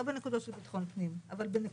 לא בנקודות של ביטחון פנים עכשיו במסגרת